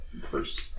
first